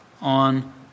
on